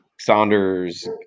Saunders